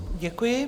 Děkuji.